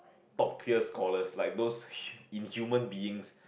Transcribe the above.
top clear scholar like those in human beings